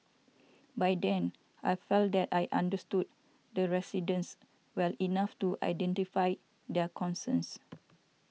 by then I felt that I understood the residents well enough to identify their concerns